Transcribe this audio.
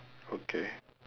okay